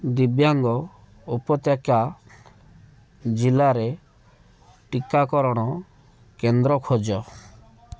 ଦିବ୍ୟାଙ୍ଗ ଉପତ୍ୟକା ଜିଲ୍ଲାରେ ଟିକାକରଣ କେନ୍ଦ୍ର ଖୋଜ